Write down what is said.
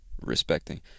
respecting